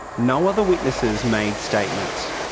no other witnesses made statements.